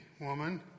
woman